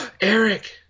Eric